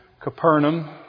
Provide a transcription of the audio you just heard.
Capernaum